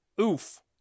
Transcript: Oof